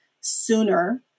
sooner